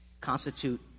constitute